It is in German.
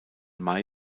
may